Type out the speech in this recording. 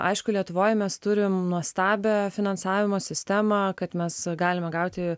aišku lietuvoj mes turim nuostabią finansavimo sistemą kad mes galime gauti